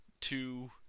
two